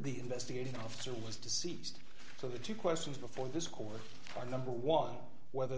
the investigating officer was deceased so the two questions before this court are number one whether